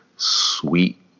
sweet